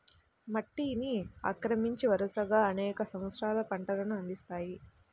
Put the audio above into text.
మట్టిని ఆక్రమించి, వరుసగా అనేక సంవత్సరాలు పంటలను అందిస్తాయి